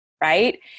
right